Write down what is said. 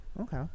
Okay